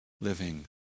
living